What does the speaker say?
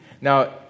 Now